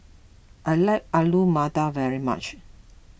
I like Alu Matar very much